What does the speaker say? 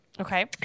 Okay